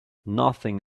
nothing